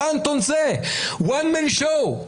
one man show.